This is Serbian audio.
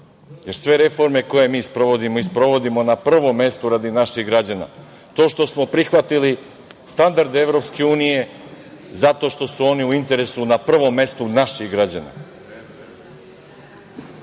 reforme koje mi sprovodimo i sprovodimo na prvom mestu radi naših građana. To što smo prihvatili standarde EU zato što su oni u interesu na prvo mestu naših građana.Međutim,